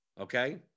okay